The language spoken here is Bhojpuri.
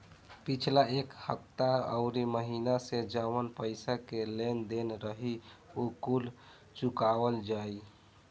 पिछला एक हफ्ता अउरी महीना में जवन पईसा के लेन देन रही उ कुल चुकावल जाई